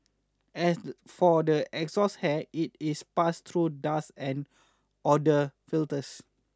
as for the exhaust air it is passed through dust and odour filters